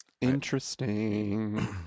Interesting